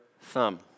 thumb